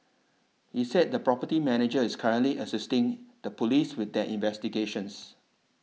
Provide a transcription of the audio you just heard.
he said the property manager is currently assisting the police with their investigations